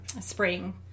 spring